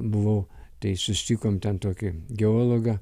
buvau tai susitikome ten tokį geologą